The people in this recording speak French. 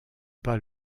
pas